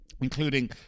including